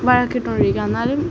വഴക്കിട്ടോണ്ടിരിക്കും എന്നാലും